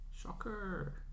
Shocker